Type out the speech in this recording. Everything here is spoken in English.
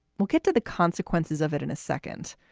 we'll get to the consequences of it in a second.